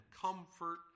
comfort